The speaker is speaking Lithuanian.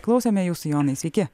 klausme jūsų jonao sveiki